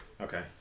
Okay